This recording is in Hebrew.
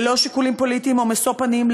ללא שיקולים פוליטיים או משוא פנים,